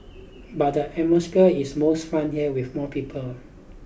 but the atmosphere is most fun here with more people